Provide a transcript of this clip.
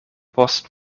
post